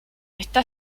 está